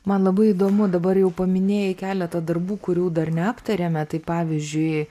man labai įdomu dabar jau paminėjai keletą darbų kurių dar neaptarėme tai pavyzdžiui